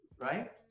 Right